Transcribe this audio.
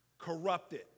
Corrupted